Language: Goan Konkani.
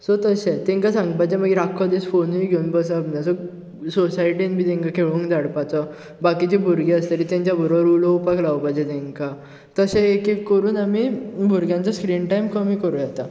सो तशे तेंका सांगपाचे मागीर आख्खो दिस फोनूय घेवन बसप ना सो सोसायटीन बीन तेंका खेळूंक धाडपाचो बाकीचीं भुरगीं आसतलीं तेंच्या बरोबर उलोवपाक लावपाचे तेंका तशें एक एक करून आमी भुरग्यांचो स्क्रीन टायम कमी करूं येता